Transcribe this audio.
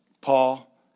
Paul